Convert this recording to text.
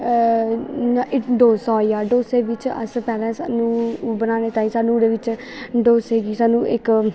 डोसा होईया डोसे बिच्च अस बनाने तांई ओह्दे बिच्च साह्नू डोसे गी साह्नू इक